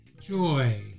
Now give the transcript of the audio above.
Joy